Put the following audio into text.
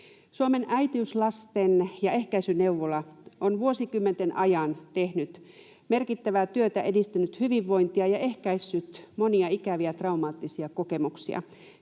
Suomen äitiys-, lasten- ja ehkäisyneuvola on vuosikymmenten ajan tehnyt merkittävää työtä, edistänyt hyvinvointia ja ehkäissyt monia ikäviä, traumaattisia kokemuksia.